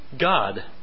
God